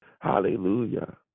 Hallelujah